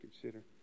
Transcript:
consider